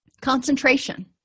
concentration